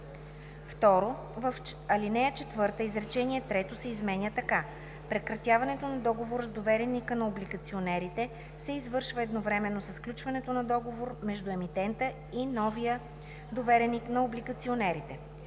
2. В ал. 4 изречение трето се изменя така: „Прекратяването на договора с довереника на облигационерите се извършва едновременно със сключването на договор между емитента и новия довереник на облигационерите.“